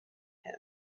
him